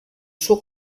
suo